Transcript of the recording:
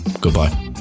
goodbye